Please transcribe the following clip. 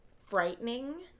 frightening